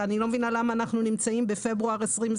אני לא מבינה למה אנחנו נמצאים בפברואר 2022